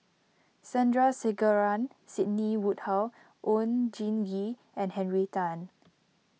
Sandrasegaran Sidney Woodhull Oon Jin Gee and Henry Tan